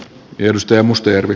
tiedostoja mustajärvi